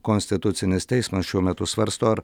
konstitucinis teismas šiuo metu svarsto ar